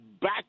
back